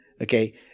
okay